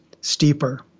steeper